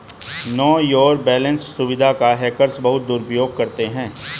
no your balance सुविधा का hackers बहुत दुरुपयोग करते हैं